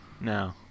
No